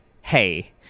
hey